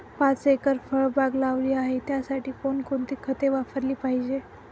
पाच एकर फळबाग लावली आहे, त्यासाठी कोणकोणती खते वापरली पाहिजे?